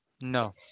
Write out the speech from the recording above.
No